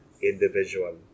individual